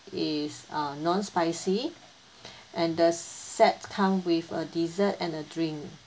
is uh non spicy and the set come with a dessert and a drink